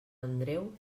andreu